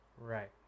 Right